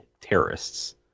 terrorists